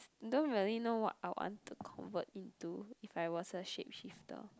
don't really know what I want to convert into if I was a shapeshifter